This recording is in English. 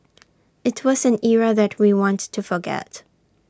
IT was an era that we want to forget